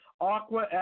Aqua